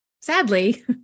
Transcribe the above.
sadly